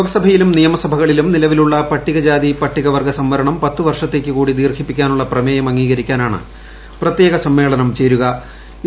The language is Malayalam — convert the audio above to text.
ലോക്സഭയിലും നിയമസഭകളിലും നിലവിലുള്ള പട്ടികജാതി പട്ടിക വർഗ സംവരണം പത്ത് വർഷത്തേക്ക് കൂടി ദീർഘിപ്പിക്കാനുള്ള പ്രമേയം അംഗീകരിക്കാനാണ് പ്രത്യേക്ട സമ്മേളനം ്ചേരുന്നത്